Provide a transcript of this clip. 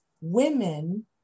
women